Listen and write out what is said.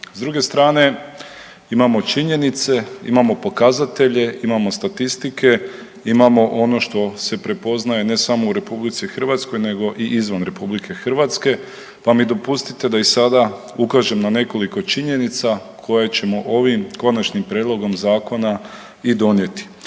S druge strane imamo činjenice, imamo pokazatelje, imamo statistike, imamo ono što se prepoznaje ne samo u RH nego i izvan RH pa mi dopustite da i sada ukažem na nekoliko činjenica koje ćemo ovim prijedlogom zakona i donijeti.